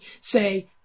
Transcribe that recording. Say